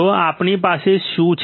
તો આપણી પાસે શું છે